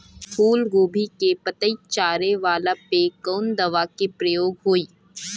फूलगोभी के पतई चारे वाला पे कवन दवा के प्रयोग होई?